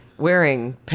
Wearing